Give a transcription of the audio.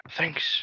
Thanks